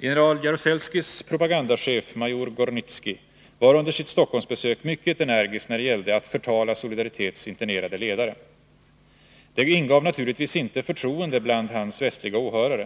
General Jaruzelskis propagandachef major Gornicki var under sitt Stockholmsbesök mycket energisk när det gällde att förtala Solidaritets internerade ledare. Det ingav naturligtvis inte förtroende bland hans västliga åhörare.